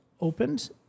opened